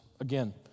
Again